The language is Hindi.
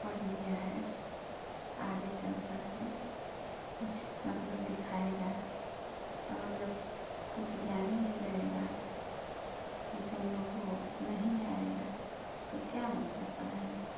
पढ़ लिया है आगे चलकर के कुछ मतलब दिखाएगा और जब कुछ ज्ञान ही नहीं रहेगा कुछ हम लोग को नहीं आएगा तो क्या मतलब पढ़ने का